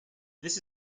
this